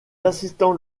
assistants